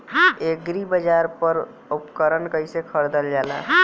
एग्रीबाजार पर उपकरण कइसे खरीदल जाला?